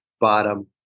Bottom